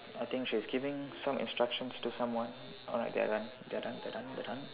I think she's giving some instructions to someone or like they're done they're done they're done